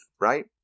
right